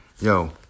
Yo